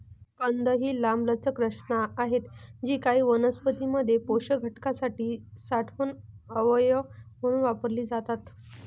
कंद ही लांबलचक रचना आहेत जी काही वनस्पतीं मध्ये पोषक घटकांसाठी साठवण अवयव म्हणून वापरली जातात